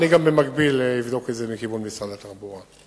ואני במקביל אבדוק את זה מכיוון משרד התחבורה.